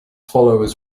followers